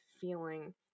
feeling